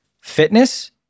fitness